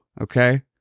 okay